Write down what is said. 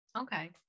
Okay